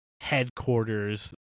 headquarters